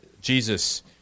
Jesus